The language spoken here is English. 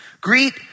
Greet